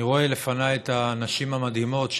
אני רואה לפניי את הנשים המדהימות,